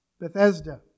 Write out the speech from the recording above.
Bethesda